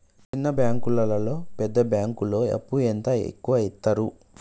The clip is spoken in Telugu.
చిన్న బ్యాంకులలో పెద్ద బ్యాంకులో అప్పు ఎంత ఎక్కువ యిత్తరు?